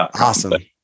Awesome